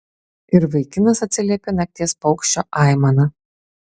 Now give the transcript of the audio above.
ir vaikinas atsiliepė nakties paukščio aimana